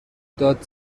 داد